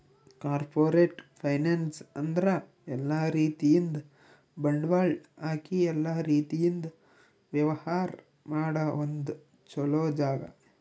corporate finance ಅಂದ್ರ ಎಲ್ಲಾ ರೀತಿಯಿಂದ್ ಬಂಡವಾಳ್ ಹಾಕಿ ಎಲ್ಲಾ ರೀತಿಯಿಂದ್ ವ್ಯವಹಾರ್ ಮಾಡ ಒಂದ್ ಚೊಲೋ ಜಾಗ